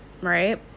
right